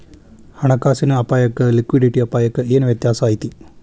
ಹಣ ಕಾಸಿನ್ ಅಪ್ಪಾಯಕ್ಕ ಲಿಕ್ವಿಡಿಟಿ ಅಪಾಯಕ್ಕ ಏನ್ ವ್ಯತ್ಯಾಸಾ ಐತಿ?